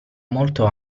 molto